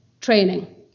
training